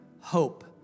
hope